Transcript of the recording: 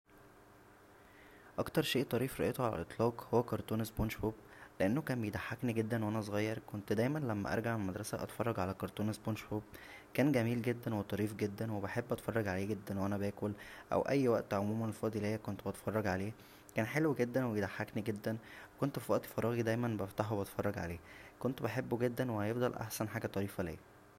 اكتر شىء لطيف رايته على الاطلاق هو كارتون سبونج بوب لانه كان بيضحكنى جدا وانا صغير كنت دايما لما ارجع من المدرسة اتفرج على كارتون سبونج بوب كان جميل جدا وطريف جدا وبحب اتفرج عليه جدا وانا باكل او اى وقت عموما فاضى ليا كنت بتفرج عليه كان حلو جدا وبيضحكنى جدا كنت فوقت فراغى دايما بفتحه واتفرج عليه كنت بحبه جدا وهيفضل احسن حاجه طريفه ليا